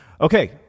Okay